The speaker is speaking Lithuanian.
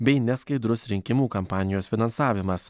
bei neskaidrus rinkimų kampanijos finansavimas